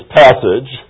passage